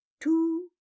Two